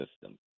system